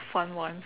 fun one